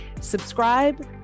subscribe